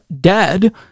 dead